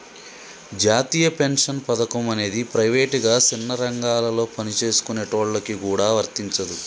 జాతీయ పెన్షన్ పథకం అనేది ప్రైవేటుగా సిన్న రంగాలలో పనిచేసుకునేటోళ్ళకి గూడా వర్తించదు